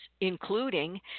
including